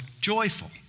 joyful